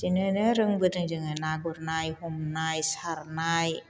बिदिनोनो रोंबोदों जोङो ना गुरनाय हमनाय सारनाय